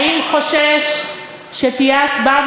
האם הוא חושש שתהיה הצבעה,